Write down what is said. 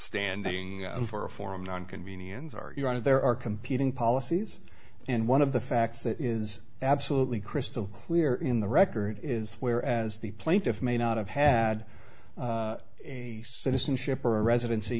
standing for a forum on convenience are you wanted there are competing policies and one of the facts that is absolutely crystal clear in the record is whereas the plaintiff may not have had a citizenship or residency